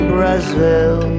Brazil